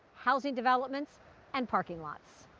housing developments and parking lots.